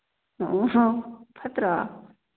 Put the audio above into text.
ꯑꯣ ꯐꯠꯇ꯭ꯔꯥ